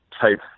type